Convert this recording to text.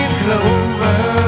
clover